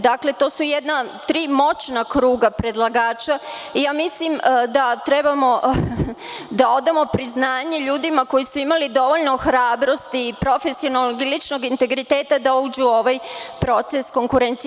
Dakle, to su tri moćna kruga predlagača i ja mislim da treba da odamo priznanje ljudima koji su imali dovoljno hrabrosti i profesionalnog i ličnog integriteta da uđu u ovaj proces konkurencije.